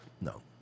no